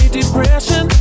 depression